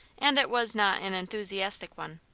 and it was not an enthusiastic one.